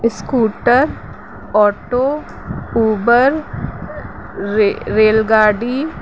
scooter auto Uber रे rail गाॾी